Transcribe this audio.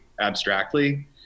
abstractly